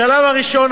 בשלב הראשון,